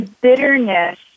bitterness